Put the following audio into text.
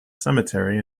cemetery